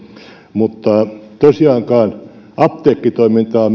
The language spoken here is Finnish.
mutta minusta apteekkitoimintaa